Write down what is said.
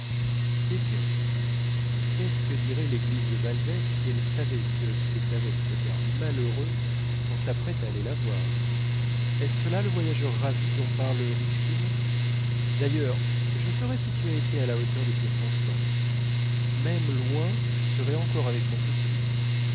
eh bien qu'est-ce que dirait l'église de balbec si elle savait que c'est avec cet air malheureux qu'on s'apprête à aller la voir est-ce cela le voyageur ravi dont parle ruskin d'ailleurs je saurai si tu as été à la hauteur des circonstances même loin je serai encore avec mon petit loup